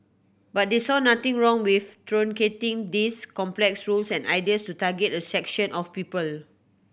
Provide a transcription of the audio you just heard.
but they saw nothing wrong with truncating these complex rules and ideas to target a section of people